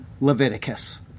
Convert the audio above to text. Leviticus